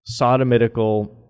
sodomitical